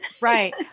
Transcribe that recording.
right